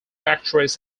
actress